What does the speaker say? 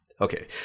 okay